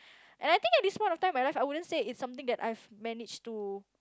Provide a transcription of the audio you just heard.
and I think at this point of time in my life I wouldn't say it's something that I've managed to